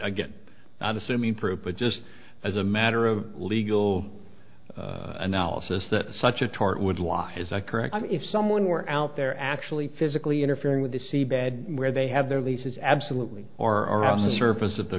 again not assuming proof but just as a matter of legal analysis that such a tort would lie is that correct i mean if someone were out there actually physically interfering with the seabed where they have their leases absolutely or are on the surface of the